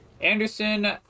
Anderson